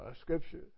scripture